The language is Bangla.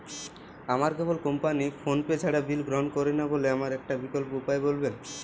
আমার কেবল কোম্পানী ফোনপে ছাড়া বিল গ্রহণ করে না বলে আমার একটা বিকল্প উপায় বলবেন?